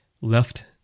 left